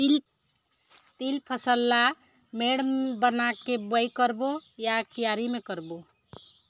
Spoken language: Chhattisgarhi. तील फसल ला मेड़ बना के बुआई करबो या क्यारी म करबो?